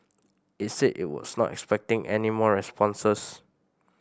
it said it was not expecting any more responses